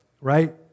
right